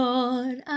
Lord